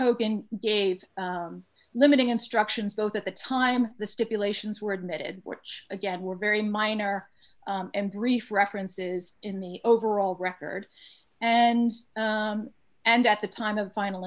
hogan gave limiting instructions both at the time the stipulations were admitted which again were very minor and brief references in the overall record and and at the time of final